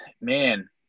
man